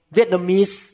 Vietnamese